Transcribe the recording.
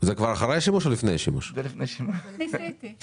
יש עוד נציגי ממשלה שרוצים